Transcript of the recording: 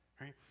right